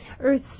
Earth